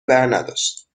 برنداشت